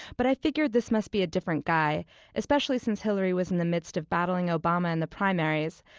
but i figured this must be a different guy especially since hillary was in the midst of battling obama in the primaries.